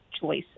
choice